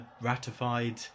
ratified